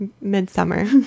Midsummer